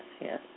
yes